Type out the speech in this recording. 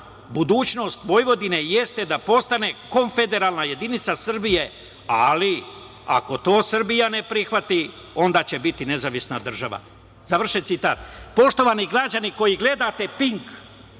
budućnost Vojvodine jeste da postane konfederalna jedinica Srbije, ali ako to Srbija ne prihvati onda će biti nezavisna država, zvršen citat. Poštovani građani koji gledate „Pink“,